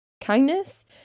kindness